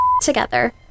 together